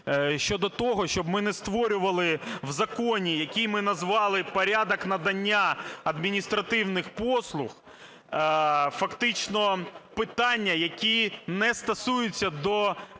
щодо того, щоб ми не створювали в законі, який ми назвали "Порядок надання адміністративних послуг", фактично питання, які не стосуються до